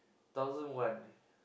thousand one leh